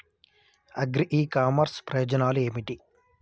Agri e commerce ప్రయోజనాలు ఏమిటి?